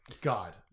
God